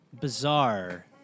bizarre